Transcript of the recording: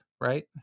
right